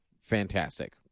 fantastic